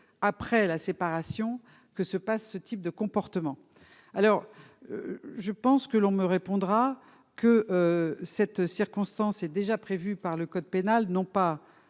après la séparation, que se passe ce type de comportement, alors je pense que l'on me répondra que cette circonstance est déjà prévue par le code pénal n'ont pas